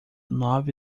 nove